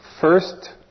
First